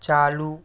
चालू